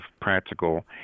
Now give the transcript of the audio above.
practical